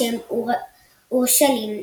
השם "אורשלים",